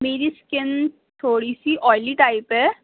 میری اسکن تھوڑی سی آئلی ٹائپ ہے